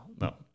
no